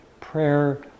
prayer